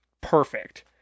perfect